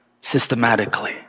Systematically